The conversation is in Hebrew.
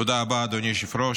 תודה רבה, אדוני היושב-ראש.